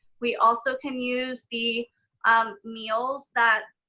we also can use the um meals that,